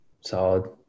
solid